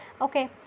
okay